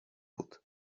wód